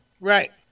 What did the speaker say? Right